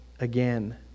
again